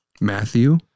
Matthew